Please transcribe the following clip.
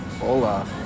Hola